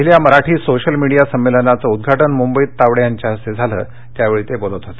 पहिल्या Marathi social media संमेलनाचं उद्घाटन मुंबईत तावडे यांच्या हस्ते झालं त्यावेळी ते बोलत होते